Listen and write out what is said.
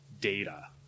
data